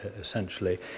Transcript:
essentially